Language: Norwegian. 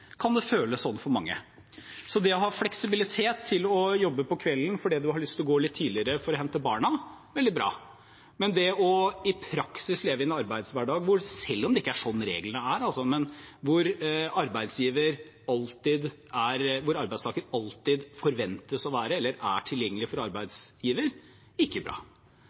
kan det føles sånn for mange. Det å ha fleksibilitet til å jobbe på kvelden fordi man har lyst til å gå litt tidligere for å hente barna, er veldig bra, men i praksis å leve i en arbeidshverdag der arbeidstakeren forventes å være eller er tilgjengelig for arbeidsgiveren, selv om det ikke er slik reglene er,